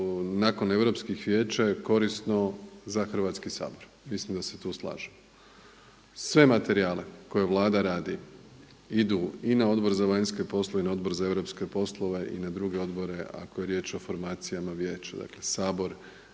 nakon Europskih vijeća je korisno za Hrvatski sabor. Mislim da se tu slažemo. Sve materijale koje Vlada radi idu i na Odbor za vanjske poslove i na Odbor za europske poslove i na druge odbore ako je riječ o formacijama Vijeća. Dakle, Sabor